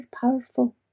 powerful